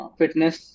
fitness